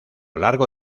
largo